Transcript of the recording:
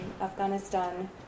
Afghanistan